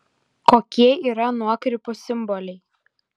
kokie yra nuokrypų simboliai